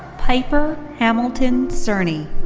piper hamilton cerny.